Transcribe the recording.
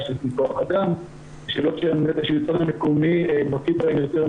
של שיא כוח אדם --- השלטון מקומי מוציא --- אבל